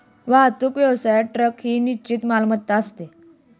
वाहतूक व्यवसायात ट्रक ही निश्चित मालमत्ता असते